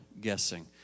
guessing